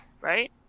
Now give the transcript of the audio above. right